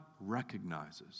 recognizes